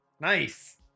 nice